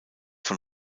von